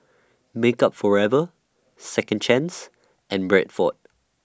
Makeup Forever Second Chance and Bradford